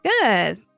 Good